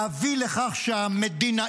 להביא לכך שהמדינאים